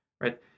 right